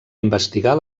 investigar